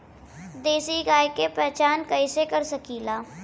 देशी गाय के पहचान कइसे कर सकीला?